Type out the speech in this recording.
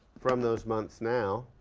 from those months now,